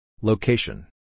Location